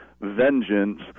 vengeance